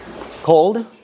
cold